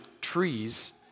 trees